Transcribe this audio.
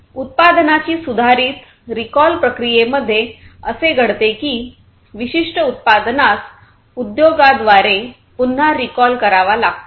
उत्पादनाची सुधारित रिकॉल प्रक्रिये मध्ये असे घडते की विशिष्ट उत्पादनास उद्योगाद्वारे पुन्हा रीकॉल करावा लागतो